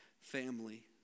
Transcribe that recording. family